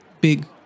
big